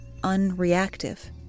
unreactive –